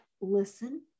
listen